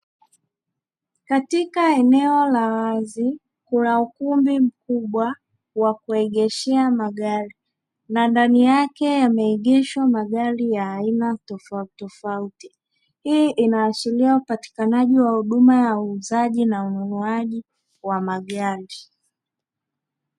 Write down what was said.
Katika eneo la wazi kuna ukumbi mkubwa wa kuegeshea magari, na ndani yake yameegeshwa magari ya aina tofautitofauti. Hii inaashiria upatikanaji wa huduma Ya uuzaji na ununuaji wa magari.